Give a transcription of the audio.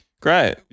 Great